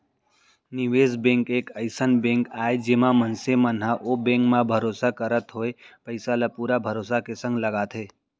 निवेस बेंक एक अइसन बेंक आय जेमा मनसे मन ह ओ बेंक म भरोसा करत होय पइसा ल पुरा भरोसा के संग लगाथे